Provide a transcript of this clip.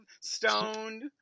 stoned